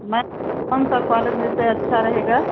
मैं कौन सा कॉलेज जैसे अच्छा रहेगा